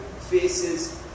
faces